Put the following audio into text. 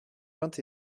vingt